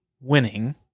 winning